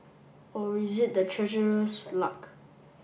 or is it the Treasurer's luck